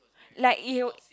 like it'll